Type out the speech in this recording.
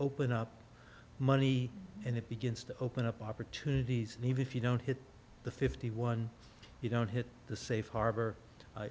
open up money and it begins to open up opportunities and even if you don't hit the fifty one you don't hit the safe harbor